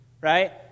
right